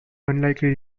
unlikely